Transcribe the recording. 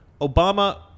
Obama